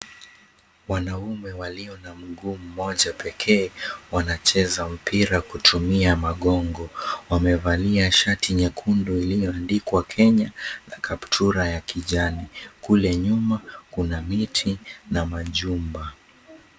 Wanaume walio na mguu mmoja pekee, wanacheza mpira kutumia magongo. Wamevalia shati nyekundu iliyoandikwa Kenya na kaptura ya kijani. Kule nyuma kuna miti na majumba.